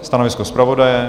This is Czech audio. Stanovisko zpravodaje?